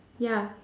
ya